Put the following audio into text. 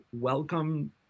welcome